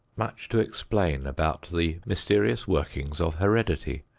much to explain about the mysterious workings of heredity,